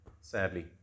sadly